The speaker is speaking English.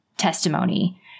testimony